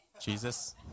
Jesus